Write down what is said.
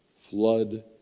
flood